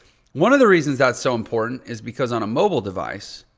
one of the reasons that's so important is because on a mobile device,